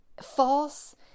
false